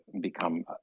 become